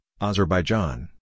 Azerbaijan